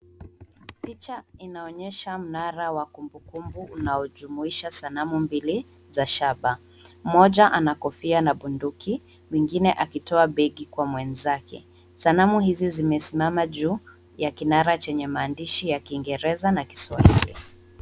Picha inaonyesha minara ya kumbukumbu unaojumuisha sanamu mbili za shaba moja anakofia na bunduki mwingine akitoa begi kwa mwenzake sanamu hizi zimesimama juu ya kinara chenye maandishi ya kingereza na kiswahili.